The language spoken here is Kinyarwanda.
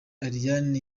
ariane